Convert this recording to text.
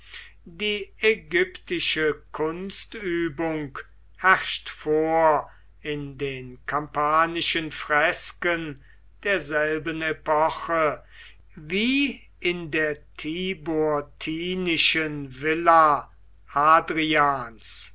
die ägyptische kunstübung herrscht vor in den kampanischen fresken derselben epoche wie in der tiburtinischen villa